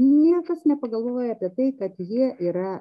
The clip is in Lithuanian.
niekas nepagalvoja apie tai kad jie yra